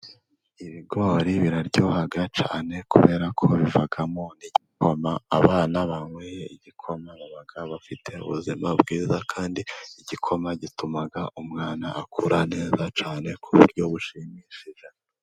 Ibigori biraryoha cyane kubera ko bivamo igikoma. Abana banyweye igikoma baba bafite ubuzima bwiza, kandi igikoma gituma umwana akura neza cyane ku buryo bushimishije.